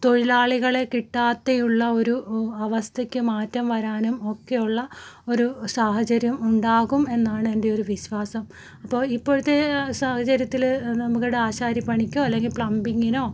തൊഴിലാളികളെ കിട്ടാതെയുള്ള ഒരു അവസ്ഥയ്ക്ക് മാറ്റം വരാനും ഒക്കെയുള്ള ഒരു സാഹചര്യം ഉണ്ടാകും എന്നാണ് എൻ്റെ ഒരു വിശ്വാസം അപ്പോൾ ഇപ്പോഴത്തെ സാഹചര്യത്തിൽ നമ്മുടെ ആശാരിപ്പണിക്കോ അല്ലെങ്കിൽ പ്ലംബിങ്ങിനോ